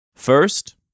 First